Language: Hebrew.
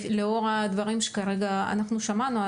לאור הדברים שכרגע שמענו,